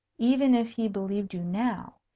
even if he believed you now,